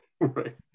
Right